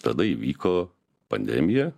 tada įvyko pandemija